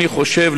אני חושב,